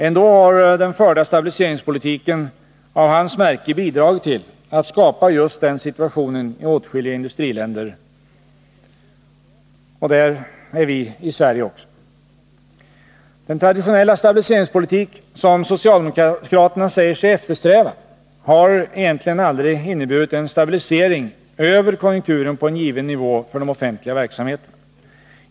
Ändå har den förda stabiliseringspolitiken av hans märke bidragit till att skapa just den situationen i åtskilliga industriländer, även i Sverige. Den traditionella stabiliseringspolitik som socialdemokraterna säger sig eftersträva har egentligen aldrig inneburit en stabilisering över konjunkturen på en given nivå för de offentliga verksamheterna.